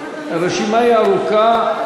הרשימה היא ארוכה,